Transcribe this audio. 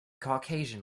caucasian